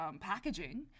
packaging